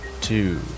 two